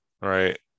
right